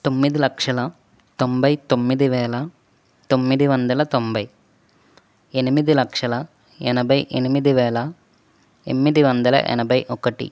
తొమ్మిది లక్షల తొంభై తొమ్మిది వేల తొమ్మిది వందల తొంభై ఎనిమిది లక్షల ఎనభై ఎనిమిది వేల ఎనిమిది వందల ఎనభై ఒకటి